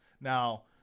Now-